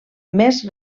més